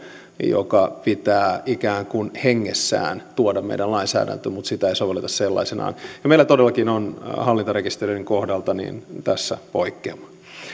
joka pitää ikään kuin hengessään tuoda meidän lainsäädäntöömme mutta jota ei sovelleta sellaisenaan meillä todellakin on hallintorekistereiden kohdalta tässä poikkeama